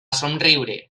somriure